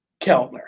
Keltner